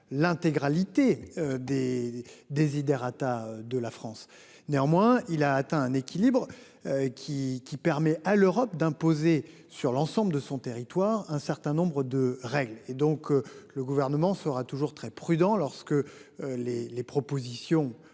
l'intégralité des desiderata de la France. Néanmoins, il a atteint un équilibre. Qui qui permet à l'Europe d'imposer sur l'ensemble de son territoire un certain nombre de règles et donc le gouvernement sera toujours très prudent lorsque. Les les propositions.